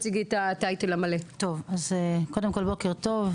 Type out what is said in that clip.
בוקר טוב.